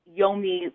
Yomi